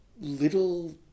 little